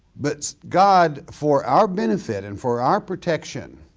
but god for our benefit and for our protection,